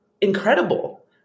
incredible